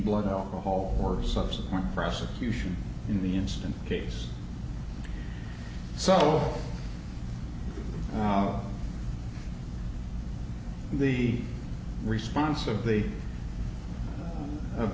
blood alcohol or subsequent prosecution in the instant case so the response of the